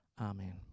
Amen